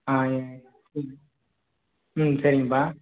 ஆ ம் ம் சரிங்கப்பா